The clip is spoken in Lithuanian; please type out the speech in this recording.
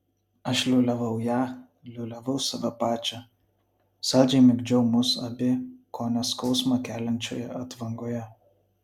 aš liūliavau ją liūliavau save pačią saldžiai migdžiau mus abi kone skausmą keliančioje atvangoje